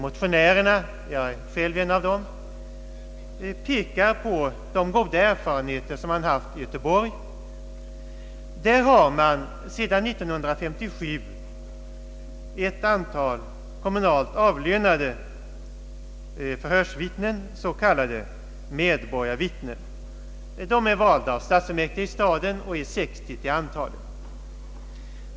Motionärerna — jag är själv en av dem — pekar på de goda erfarenheter som man haft i Göteborg, där det sedan 1957 finns ett antal kommunalt avlönade förhörsvittnen, s.k. medborgarvittnen. De är valda av stadsfullmäktige i Göteborg och till antalet 60.